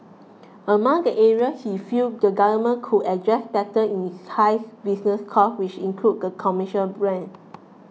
among the area he feel the government could address better is high business costs which include commercial rents